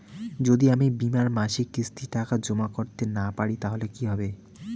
যদি আমি বীমার মাসিক কিস্তির টাকা জমা করতে না পারি তাহলে কি হবে?